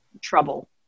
trouble